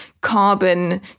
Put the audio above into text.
carbon